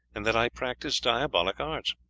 and that i practise diabolic arts.